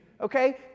okay